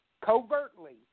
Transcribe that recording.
covertly